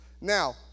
now